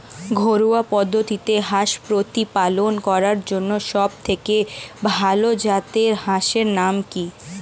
ঘরোয়া পদ্ধতিতে হাঁস প্রতিপালন করার জন্য সবথেকে ভাল জাতের হাঁসের নাম কি?